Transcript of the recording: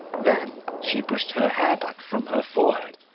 then she brushed her hair back from her forehead,